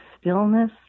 stillness